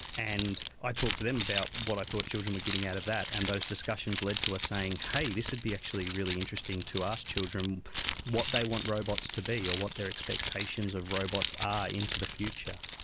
and i talked to them about what i thought children were getting out of that, and those discussions led to us saying, hey, this would be actually really interesting to ask children what they want robots to be or what their expectations of robots are into the future.